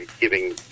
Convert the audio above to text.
giving